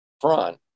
front